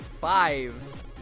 Five